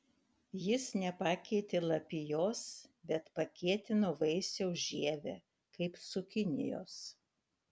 jis nepakeitė lapijos bet pakietino vaisiaus žievę kaip cukinijos